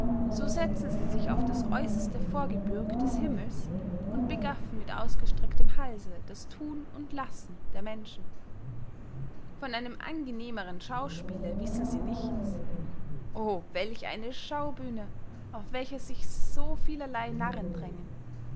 so setzen sie sich auf das äusserste vorgebürg des himmels und begaffen mit ausgestrecktem halse das thun und lassen der menschen von einem angenehmern schauspiele wissen sie nichts o welch eine schaubühne auf welcher sich so vielerley narren drängen